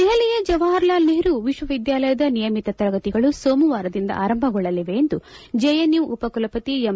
ದೆಹಲಿಯ ಜವಾಹರ್ಲಾಲ್ ನೆಹರೂ ವಿಶ್ವವಿದ್ಯಾಲಯದ ನಿಯಮಿತ ತರಗತಿಗಳು ಸೋಮವಾರದಿಂದ ಆರಂಭಗೊಳ್ಳಲಿವೆ ಎಂದು ಜೆಎನ್ಯು ಉಪಕುಲಪತಿ ಎಂ